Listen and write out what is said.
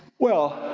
well,